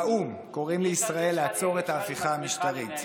האו"ם קוראים לישראל לעצור את ההפיכה המשטרית.